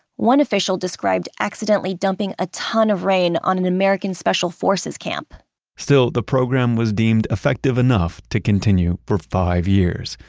one official described accidentally dumping a ton of rain on an american special forces camp still, the program was deemed effective enough to continue for five years,